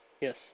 Yes